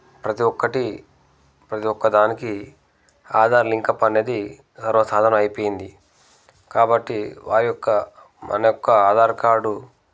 ప్రతి ఒక్కటి ప్రతి ఒక్క దానికి ఆధార్ లింక్అప్ అనేది సర్వసాధారణం అయిపోయింది కాబట్టి వారి యొక్క మన యొక్క ఆధార్ కార్డు